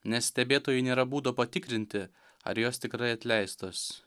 nes stebėtojui nėra būdo patikrinti ar jos tikrai atleistos